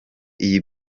iyi